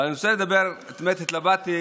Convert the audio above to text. אבל אני רוצה לדבר, האמת, התלבטתי